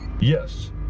Yes